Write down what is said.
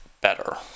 better